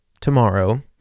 tomorrow